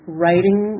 writing